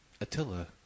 Attila